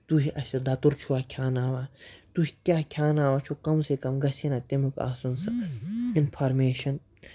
تُہۍ ہے اَسہِ دَتُر چھُوا کھیٛاناوان تُہۍ کیٛاہ کھیٛاناوان چھُ کَم سے کَم گژھِ ہے نہ تمیُک آسُن سۄ اِنفارمیشَن